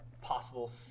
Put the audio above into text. possible